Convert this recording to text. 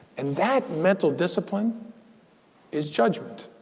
and that mental discipline is judgement.